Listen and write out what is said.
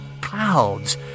clouds